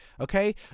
Okay